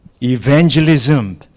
Evangelism